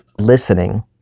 listening